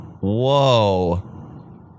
Whoa